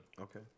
Okay